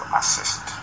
assist